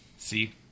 See